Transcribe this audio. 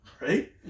Right